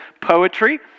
poetry